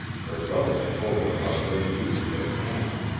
her brothers told her how to bring you to their camp.